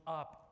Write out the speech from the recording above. up